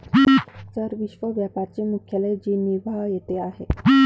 sir, विश्व व्यापार चे मुख्यालय जिनिव्हा येथे आहे